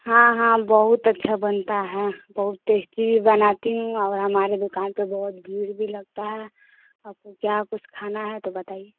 हाँ हाँ बहुत अच्छा बनता हे बहुत टैस्टी भी बनाती हूँ और हमारे दुकान पर बहुत भीड़ भी लगती हे आपको क्या कुछ खाना है तो बताइए